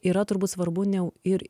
yra turbūt svarbu ne ir